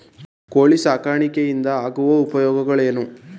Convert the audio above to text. ಕೋಳಿ ಸಾಕಾಣಿಕೆಯಿಂದ ಆಗುವ ಉಪಯೋಗಗಳೇನು?